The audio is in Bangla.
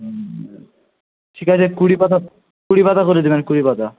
ঠিক আছে কুড়ি পাতা কুড়ি পাতা করে দেবেন কুড়ি পাতা